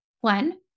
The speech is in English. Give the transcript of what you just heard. One